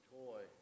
toy